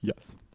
Yes